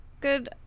good